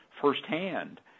firsthand